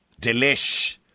Delish